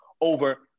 over